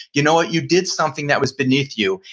you know what you did something that was beneath you,